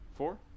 Four